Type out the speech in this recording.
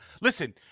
Listen